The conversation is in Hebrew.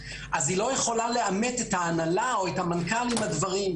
אז היא לא יכולה לעמת את ההנהלה או את המנכ"ל עם הדברים,